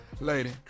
lady